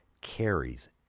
carries